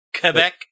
Quebec